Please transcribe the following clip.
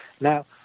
Now